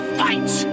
fight